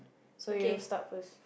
so you start first